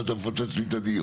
ואתה מפוצץ לי את הדיון.